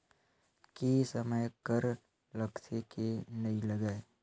के समय कर लगथे के नइ लगय?